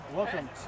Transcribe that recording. Welcome